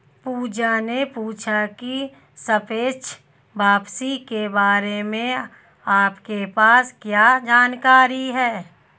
पूजा ने पूछा की सापेक्ष वापसी के बारे में आपके पास क्या जानकारी है?